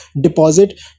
deposit